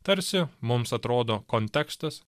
tarsi mums atrodo kontekstas